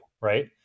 Right